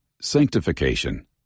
sanctification